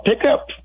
pickup